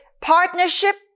partnership